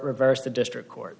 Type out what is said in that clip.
reverse the district court